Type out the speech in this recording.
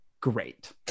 great